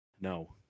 No